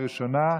הבריאות.